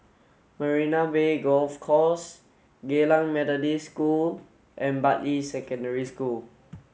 Marina Bay Golf Course Geylang Methodist School and Bartley Secondary School